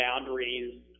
boundaries